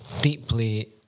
deeply